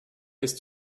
ist